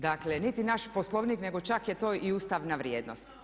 Dakle niti naš Poslovnik nego čak je to i ustavna vrijednosti.